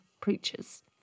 preachers